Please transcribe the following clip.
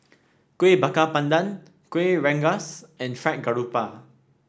Kuih Bakar Pandan Kuih Rengas and Fried Garoupa